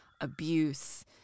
abuse